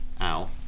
out